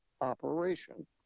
operation